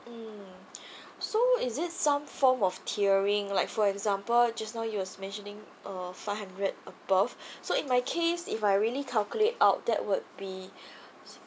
mm so is it some form of tiering like for example just now you were mentioning uh five hundred above so in my case if I really calculate out that would be